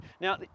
Now